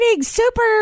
super